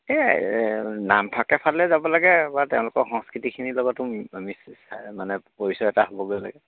এই নামফাকেফালে যাব লাগে বা তেওঁলোকৰ সংস্কৃতিখিনিৰ লগতো মিছ মিছাই মানে পৰিচয় এটা হ'বগৈ লাগে